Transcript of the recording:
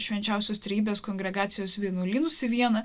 švenčiausios trejybės kongregacijos vienuolynus į vieną